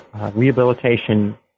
rehabilitation